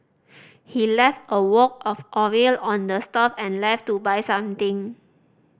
he left a wok of oil on the stove and left to buy something